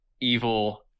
evil